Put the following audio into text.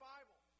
Bible